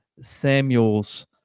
Samuels